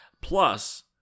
plus